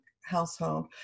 household